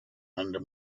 under